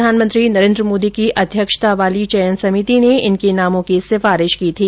प्रधानमंत्री नरेन्द्र मोदी की अध्यक्षता वाली चयन समिति ने इनके नामों की सिफारिश की थी